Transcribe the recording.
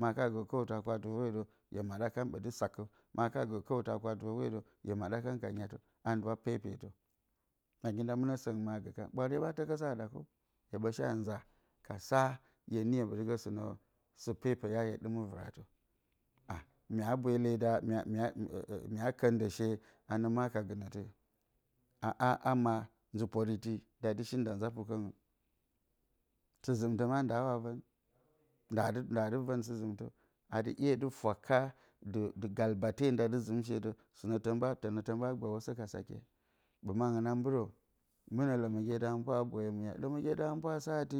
Ma ka gǝǝ kǝwtǝ kwa-tɨfǝ hwodǝw hye maɗa kan ɓǝtɨ sakǝ. Ma ka gǝǝ kǝwtǝ a kwa-tɨfǝ hwodǝw, hye maɗa kan kanyatǝ. Anduwa pepetǝ, ngi nda mɨnǝ sǝngɨ ma gǝkan, ɓwaare ɓa tǝkǝsǝ a ɗakǝw hye ɓǝ shea nza ka sa hye niyo ɓǝtɨ sɨnǝ sǝ pepeya hye ɗɨmǝ vɨratǝ. a mya bweele da, mya kǝndǝ she a nǝ ma ka gɨnǝtǝ yǝ? A a ama nzǝ poriti nda dɨ shi nda nza pukǝngɨn, sɨ-zɨmtǝ ma ndaawa vǝn, ndaa dɨ vǝn sɨ-zɨmtǝ. A dɨ 'ye dɨ fwaka dɨ galbate nda dɨ zɨmshe dǝ. Na tǝn ɓa zɨmǝ, tǝn ɓa gbǝrǝsǝ ka sakye. Ɓǝ mangɨn a mbɨrǝ, mɨnǝ lǝmǝgye da hǝmɨnpwa aa boyo miye, lǝmǝgye da hǝmɨnpwa a sa atɨ,